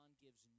gives